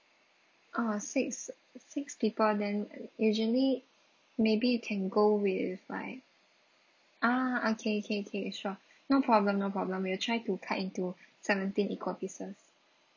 uh six six people then usually maybe you can go with like ah okay K K sure no problem no problem we will try to cut into seventeen equal pieces